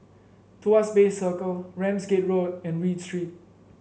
Tuas Bay Circle Ramsgate Road and Read Street